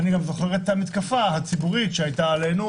אני גם זוכר את המתקפה הציבורית הקשה שהיתה עלינו,